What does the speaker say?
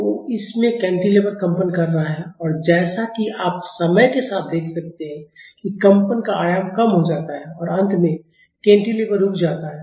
तो इसमें कैंटिलीवर कंपन कर रहा है और जैसा कि आप समय के साथ देख सकते हैं कि कंपन का आयाम कम हो जाता है और अंत में कैंटिलीवर रुक जाता है